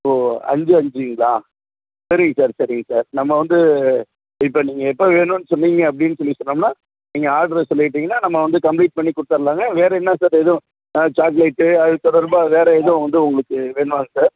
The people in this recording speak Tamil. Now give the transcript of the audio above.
ஓ அஞ்சு அஞ்சுங்களா சரிங்க சார் சரிங்க சார் நம்ம வந்து இப்போ நீங்கள் எப்போ வேணும்னு சொன்னீங்க அப்படின்னு சொல்லி சொன்னோம்னால் நீங்கள் ஆட்ரு சொல்லிவிட்டீங்கன்னா நம்ம வந்து கம்ப்ளீட் பண்ணி கொடுத்தர்லாங்க வேறு என்ன சார் எதுவும் ஆ சாக்லேட்டு அது சம்பந்தமா வேறு எதுவும் வந்து உங்களுக்கு வேணுமா சார்